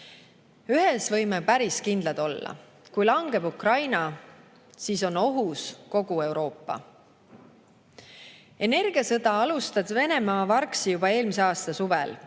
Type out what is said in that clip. Ühes võime päris kindlad olla: kui langeb Ukraina, siis on ohus kogu Euroopa. Energiasõda alustas Venemaa vargsi juba eelmise aasta suvel,